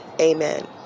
amen